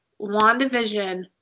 WandaVision